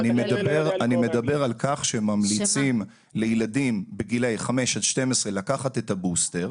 אני מדבר על כך שממליצים לילדים בגילאי חמש עד 12 לקחת את הבוסטר,